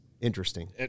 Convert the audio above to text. interesting